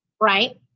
right